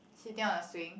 sitting on a swing